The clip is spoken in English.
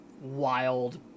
wild